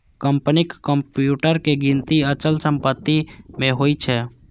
कंपनीक कंप्यूटर के गिनती अचल संपत्ति मे होइ छै